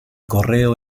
correo